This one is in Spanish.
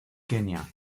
kenia